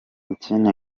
ikindi